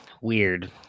weird